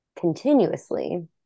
continuously